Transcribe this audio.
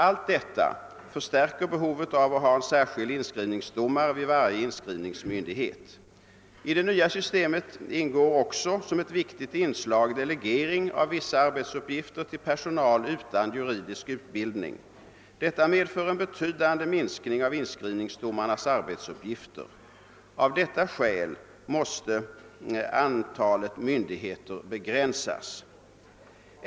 Allt detta förstärker behovet av en särskild inskrivningsdoma I det nya systemet ingår också som ett viktigt inslag delegering av vissa arbetsuppgifter till personal utan juridisk utbildning. Detta medför en betydande minskning av inskrivningsdomarnas arbetsuppgifter. Av detta skäl måste antalet myndigheter begränsas.